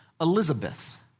Elizabeth